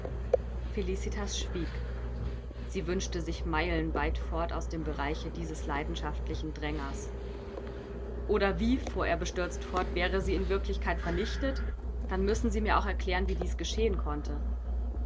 felicitas schwieg sie wünschte sich meilenweit fort aus dem bereiche dieses leidenschaftlichen drängers oder wie fuhr er bestürzt fort wäre sie in wirklichkeit vernichtet dann müssen sie mir auch erklären wie das geschehen konnte